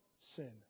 sin